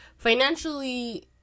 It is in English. Financially